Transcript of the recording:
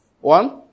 one